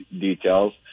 details